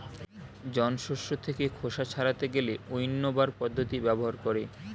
জন শস্য থেকে খোসা ছাড়াতে গেলে উইন্নবার পদ্ধতি ব্যবহার করে